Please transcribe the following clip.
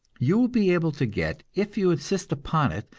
you will be able to get, if you insist upon it,